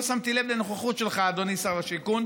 לא שמתי לב לנוכחות שלך, אדוני שר השיכון.